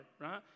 right